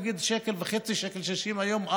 נגיד זה 1.5 1.6 שקל היום,